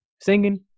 singing